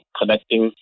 connecting